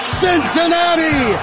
cincinnati